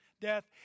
death